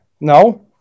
No